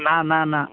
ना ना ना